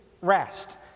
rest